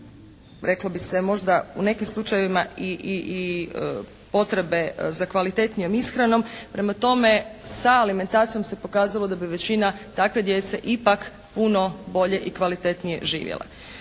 reklo bi se možda u nekim slučajevima i potrebe za kvalitetnijom ishranom. Prema tome, sa alimentacijom se pokazalo da bi većina takve djece ipak puno bolje i kvalitetnije živjela.